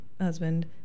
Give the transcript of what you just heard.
husband